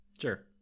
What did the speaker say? sure